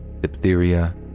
diphtheria